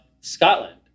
Scotland